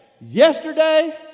yesterday